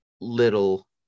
little